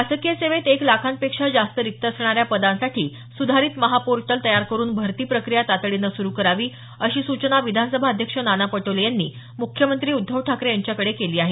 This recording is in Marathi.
शासकीय सेवेत एक लाखांपेक्षा जास्त रिक्त असणाऱ्या पदांसाठी सुधारित महापोर्टल तयार करुन भरतीप्रक्रिया तातडीनं सुरु करावी अशी सूचना विधानसभा अध्यक्ष नाना पटोले यांनी मुख्यमंत्री उद्धव ठाकरे यांना केली आहे